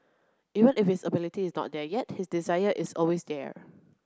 even if his ability is not there yet his desire is always there